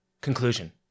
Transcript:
Conclusion